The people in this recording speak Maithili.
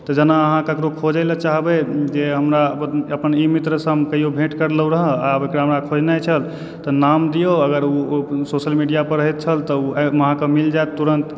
तऽ जेना अहाँ ककरो खोजै लऽ चाहबै जे हमरा अपन ई मित्र सऽ हम कहियो भेट करलहुॅं रहऽ आब हमरा एकरा खोजनाइ छल तऽ नाम दियौ अगर ओ सोशल मीडिया पर रहैत छल तऽ ओ अहाँकेॅं मिल जाएत तुरंत